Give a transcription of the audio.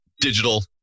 digital